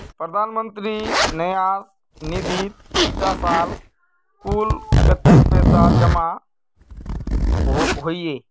प्रधानमंत्री न्यास निधित इटा साल कुल कत्तेक पैसा जमा होइए?